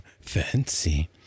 fancy